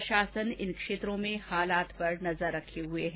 प्रशासन इन क्षेत्रो में हालात पर नजर रखे हुए हैं